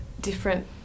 different